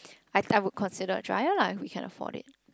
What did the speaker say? I I would consider a dryer lah if we can afford it